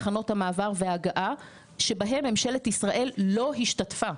מחנות המעבר וההגעה שבהם ממשלת ישראל לא השתתפה.